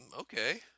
okay